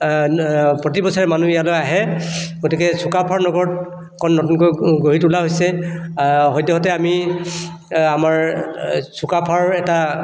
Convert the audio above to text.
প্ৰতিবছৰে মানুহ ইয়ালৈ আহে গতিকে চুকাফাৰ নগৰত এখন নতুনকৈ গঢ়ি তুলা হৈছে সদ্যহতে আমি আমাৰ চুকাফাৰ এটা